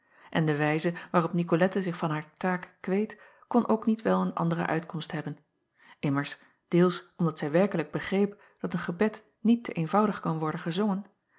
en de wijze waarop icolette zich van hare taak kweet kon ook niet wel een andere uitkomst hebben mmers deels omdat zij werkelijk begreep dat een gebed niet te eenvoudig kan worden gezongen